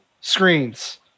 screens